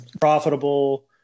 profitable